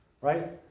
right